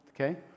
okay